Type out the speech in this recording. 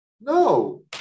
No